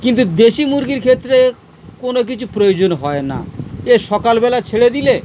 কিন্তু দেশি মুরগির ক্ষেত্রে কোনো কিছু প্রয়োজন হয় না এ সকালবেলা ছেড়ে দিলে